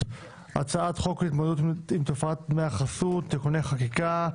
הצעת חוק להתמודדות עם תופעת דמי החסות (תיקוני חקיקה),